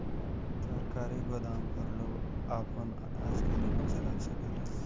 सरकारी गोदाम पर लोग आपन अनाज के निमन से रख सकेले